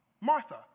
Martha